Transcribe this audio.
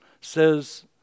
says